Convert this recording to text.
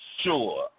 sure